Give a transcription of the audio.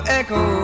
echo